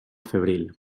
febril